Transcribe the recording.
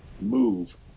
move